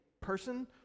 person